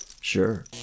Sure